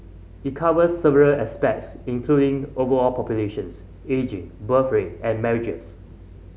it covers several aspects including overall populations ageing birth rate and marriages